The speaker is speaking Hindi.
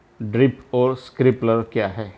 ड्रिप और स्प्रिंकलर क्या हैं?